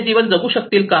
तेथे जीवन जगू शकतील का